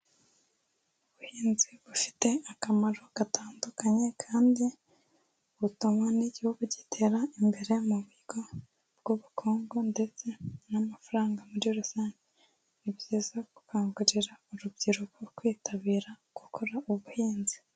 Ubuhinzi bufite akamaro gatandukanye kandi butuma n'igihugu gitera imbere mu buryo bw'ubukungu ndetse n'amafaranga muri rusange. Ni byiza gukangurira urubyiruko kwitabira gukora ubuhinzi.